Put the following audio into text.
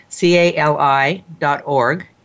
cali.org